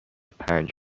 پنج